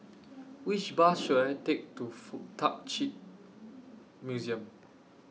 Which Bus should I Take to Fuk Tak Chi Museum